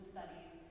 Studies